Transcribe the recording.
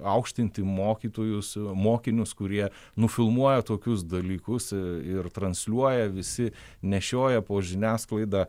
aukštinti mokytojus mokinius kurie nufilmuoja tokius dalykus ir transliuoja visi nešioja po žiniasklaidą